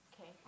Okay